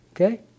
okay